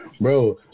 Bro